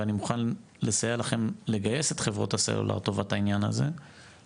ואני מוכן לסייע לכם לגייס את חברות הסלולר לטובת העניין הזה,